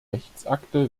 rechtsakte